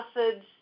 acids